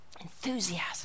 Enthusiasm